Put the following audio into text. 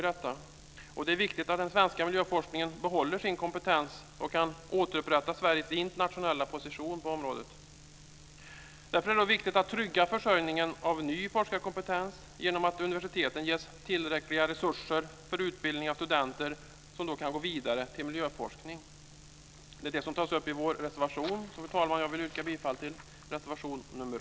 Det är viktigt att den svenska miljöforskningen behåller sin kompetens och kan återupprätta Sveriges internationella position på området. Därför är det viktigt att trygga försörjningen av ny forskarkompetens genom att universiteten ges tillräckliga resurser för utbildning av studenter som då kan gå vidare till miljöforskning. Det är det som tas upp i vår reservation. Fru talman! Jag vill yrka bifall till reservation 1.